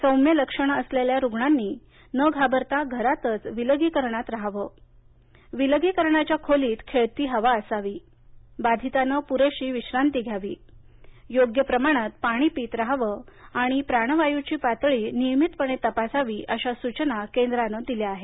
सौम्य लक्षण असणाऱ्या रुग्णांनी न घाबरता घरातच विलगीकरणात रहावंविलगीकरणाच्या खोलीत खेळती हवा असावी बाधीतानं पुरेशी विश्रांती घ्यावी योग्य प्रमाणात पाणी पीत राहावं आणि प्राणवायूची पातळी नियमितपणे तपासावी अशा सूचना केंद्रानं दिल्या आहेत